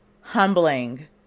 humbling